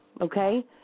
okay